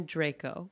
Draco